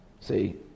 See